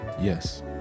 yes